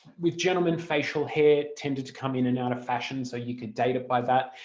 with gentlemen facial hair tended to come in and out of fashion so you could date it by that.